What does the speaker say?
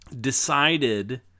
decided